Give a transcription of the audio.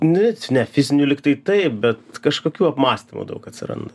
ne c ne fizinių lygtai taip bet kažkokių apmąstymų daug atsiranda